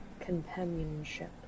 Companionship